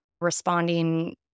responding